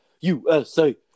USA